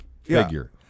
figure